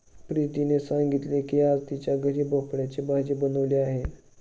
प्रीतीने सांगितले की आज तिच्या घरी भोपळ्याची भाजी बनवली आहे